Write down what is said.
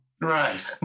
Right